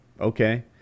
Okay